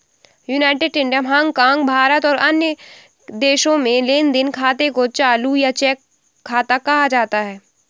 United Kingdom, Hong Kong, Bharat और कई अन्य देशों में लेन देन खाते को चालू या चेक खाता कहा जाता है